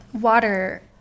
water